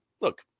Look